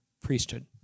priesthood